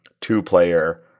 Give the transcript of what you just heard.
two-player